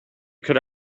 could